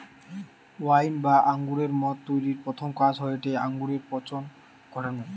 wine বা আঙুরের মদ তৈরির প্রথম কাজ হয়টে আঙুরে পচন ঘটানা